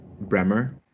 Bremer